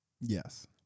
Yes